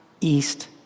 east